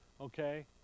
Okay